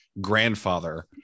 grandfather